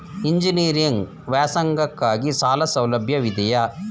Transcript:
Engineering ವ್ಯಾಸಂಗಕ್ಕಾಗಿ ಸಾಲ ಸೌಲಭ್ಯವಿದೆಯೇ?